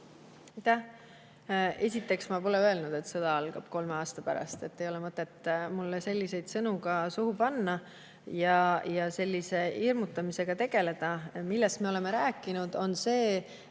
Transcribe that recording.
Esiteks, ma pole öelnud, et sõda algab kolme aasta pärast, ei ole mõtet mulle selliseid sõnu suhu panna ja sellise hirmutamisega tegeleda. Millest me oleme rääkinud, on see